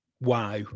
wow